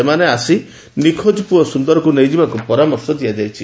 ସେମାନେ ଆସି ନିଖୋଜ ପୁଅ ସୁନ୍ଦରଙ୍କୁ ନେଇଯିବାକୁ ପରାମର୍ଶ ଦିଆଯାଇଛି